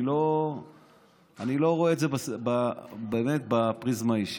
אני לא רואה את זה בפריזמה האישית.